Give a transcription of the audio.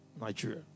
Nigeria